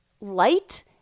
light